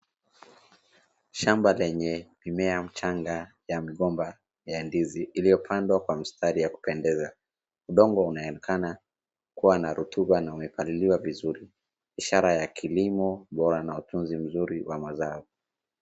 Shamba lenye mimea changa ya migomba ya ndizi iliyopandwa kwa mstari ya kupendeza. Udongo unaonekana kuwa na rotuba na umepaliliwa vizuri, ishara ya kilimo bora na utunzi mzuri wa mazao.